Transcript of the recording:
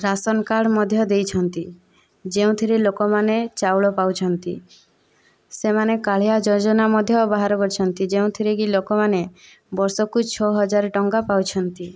ration card ମଧ୍ୟ ଦେଇଛନ୍ତି ଯେଉଁଥିରେ ଲୋକମାନେ ଚାଉଳ ପାଉଛନ୍ତି ସେମାନେ କାଳିଆ ଯୋଜନା ମଧ୍ୟ ବାହାର କରିଛନ୍ତି ଯେଉଁଥିରେକି ଲୋକମାନେ ବର୍ଷକୁ ଛଅ ହଜାର ଟଙ୍କା ପାଉଛନ୍ତି